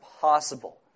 possible